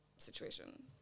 situation